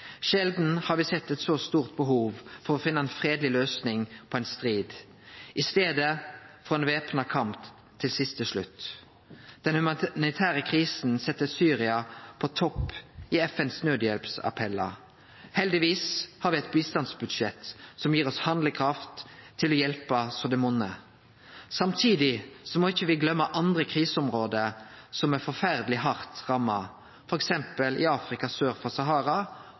Sjeldan har me sett eit så stort behov for å finne ei fredeleg løysing på ein strid, i staden for ein væpna kamp til siste slutt. Den humanitære krisa set Syria på topp i FNs nødhjelpsappellar. Heldigvis har me eit bistandsbudsjett som gir oss handlekraft til å hjelpe så det monnar. Samtidig må me ikkje gløyme andre kriseområde som er forferdeleg hardt ramma, f.eks. i Afrika sør for Sahara